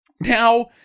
Now